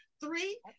three